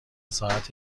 ساعت